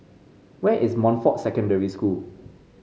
where is Montfort Secondary School